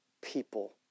people